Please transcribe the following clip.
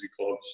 clubs